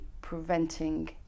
preventing